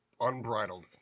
Unbridled